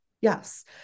Yes